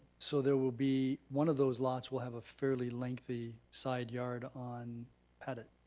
so there will be, one of those lots will have a fairly lengthy side yard on pettit.